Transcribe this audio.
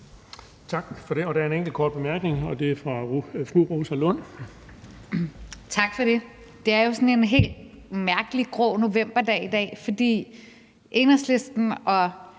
Tak for det. Der er en enkelt kort bemærkning, og det er fra fru Rosa Lund. Kl. 16:24 Rosa Lund (EL): Tak for det. Det er jo sådan en helt mærkelig grå novemberdag i dag: Enhedslisten og